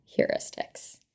heuristics